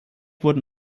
wurden